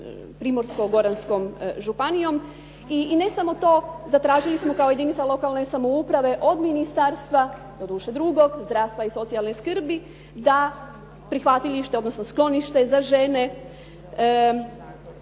Primorsko-goranskom županijom. I ne samo to, zatražili smo kao jedinica lokalne samouprave od ministarstva, doduše drugog zdravstva i socijalne skrbi, da prihvatilište, odnosno sklonište za žene